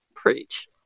preach